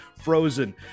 Frozen